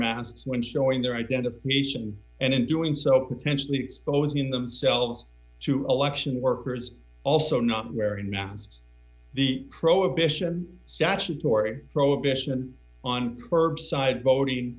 masks when showing their identification and in doing so pensively exposing themselves to election workers also not wearing masks the prohibition statutory prohibition on curbside voting